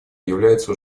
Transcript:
является